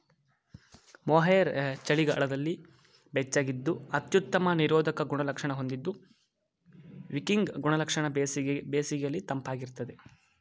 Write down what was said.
mohair ಚಳಿಗಾಲದಲ್ಲಿ ಬೆಚ್ಚಗಿದ್ದು ಅತ್ಯುತ್ತಮ ನಿರೋಧಕ ಗುಣಲಕ್ಷಣ ಹೊಂದಿದ್ದು ವಿಕಿಂಗ್ ಗುಣಲಕ್ಷಣ ಬೇಸಿಗೆಲಿ ತಂಪಾಗಿರ್ತದೆ